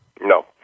No